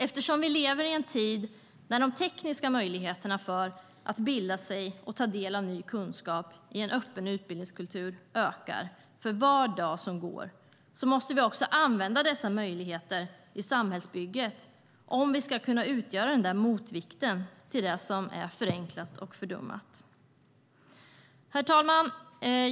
Eftersom vi lever i en tid där de tekniska möjligheterna för att bilda sig och ta del av ny kunskap i en öppen utbildningskultur ökar för var dag som går måste vi också använda dessa möjligheter i samhällsbygget om vi ska kunna utgöra en motvikt till det som är förenklat och fördummat. Herr talman!